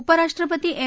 उपराष्ट्रपती एम